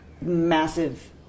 massive